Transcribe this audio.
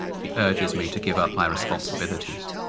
she urges me to give up my responsibilities.